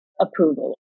approval